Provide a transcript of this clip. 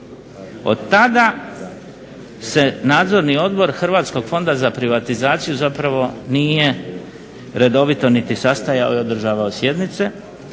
Od tada se Nadzorni odbor Hrvatskog fonda za privatizaciju zapravo nije redovito niti sastajao i održavao sjednice,